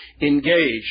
engaged